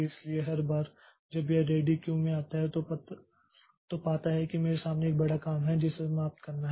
इसलिए हर बार जब यह रेडी क्यू में आता है तो पाता है कि मेरे सामने एक बड़ा काम है जिसे समाप्त करना है